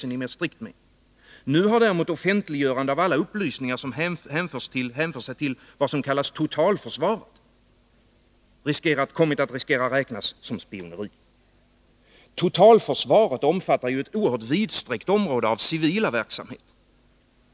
Nu har däremot offentliggörande av alla upplysningar som hänför sig till vad som kallas totalförsvaret kommit att riskera att räknas som spioneri. Totalförsvaret omfattar ett oerhört vidsträckt område av civila verksamheter.